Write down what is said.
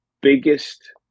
biggest